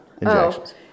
Injections